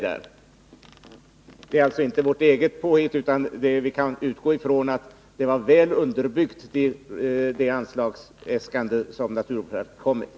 Det är alltså som sagt inte vårt eget påhitt, men vi kan utgå från att det ändå var ett väl underbyggt anslagsäskande som naturvårdsverket lade fram.